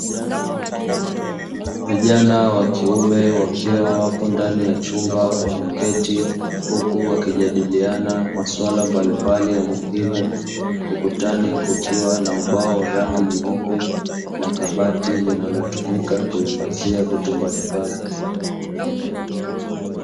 Vijana wa kiume wakiwa wapo ndani ya chumba wameketi huku wakijadiliana masuala mbalimbali ya muhimu, ukutani kukiwa na ubao wa rangi nyeupe na kabati linalotumika kuhifadhia vitu mbalimbali.